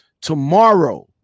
Tomorrow